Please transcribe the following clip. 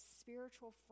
spiritual